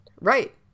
Right